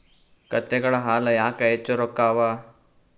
ಕತ್ತೆಗಳ ಹಾಲ ಯಾಕ ಹೆಚ್ಚ ರೊಕ್ಕ ಅವಾ?